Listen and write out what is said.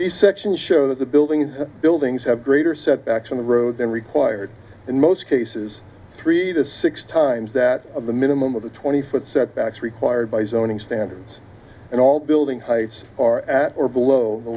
the sections show the buildings buildings have greater setbacks on the road than required in most cases three to six times that of the minimum of the twenty foot setbacks required by zoning standards and all building heights are at or below